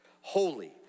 holy